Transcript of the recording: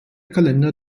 kalender